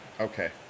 Okay